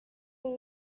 wowe